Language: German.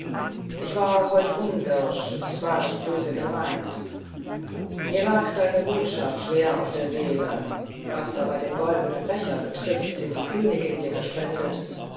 ich war heut unwirsch es war nicht böse gemeint mir lag deine botschaft schwer auf der seele was aber den goldenen becher betrifft den die königin dir gespendet